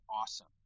awesome